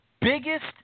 biggest